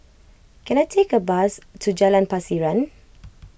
can I take a bus to Jalan Pasiran